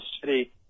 city